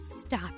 Stop